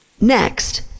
Next